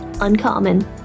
uncommon